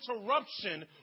interruption